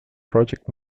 project